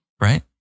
Right